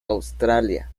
australia